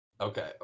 Okay